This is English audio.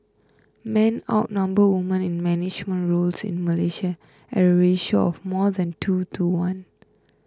men outnumber women in management roles in Malaysia at a ratio of more than two to one